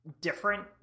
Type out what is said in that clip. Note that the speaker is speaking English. different